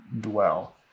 Dwell